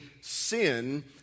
sin